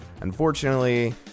Unfortunately